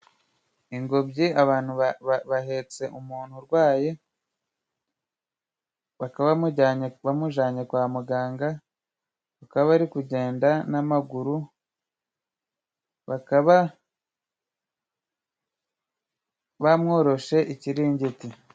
Ingobyi abantu bahetse umuntu urwaye, bakaba bamujyanye bamujanye kwa muganga, bakaba bari kugenda n'amaguru, bakaba bamworoshe ikiringiti.